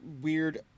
weird